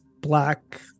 black